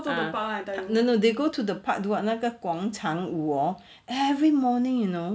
ya no no they go to the park to what 那个广场舞 hor every morning you know